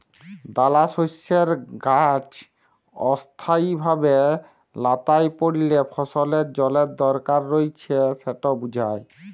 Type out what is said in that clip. দালাশস্যের গাহাচ অস্থায়ীভাবে ল্যাঁতাই পড়লে ফসলের জলের দরকার রঁয়েছে সেট বুঝায়